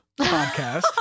Podcast